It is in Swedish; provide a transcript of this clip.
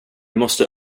måste